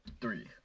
three